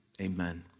Amen